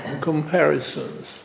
comparisons